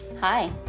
Hi